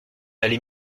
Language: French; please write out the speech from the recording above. allez